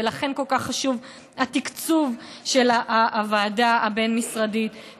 ולכן כל כך חשוב התקצוב של הוועדה הבין-משרדית.